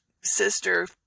sister